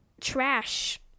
trash